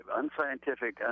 unscientific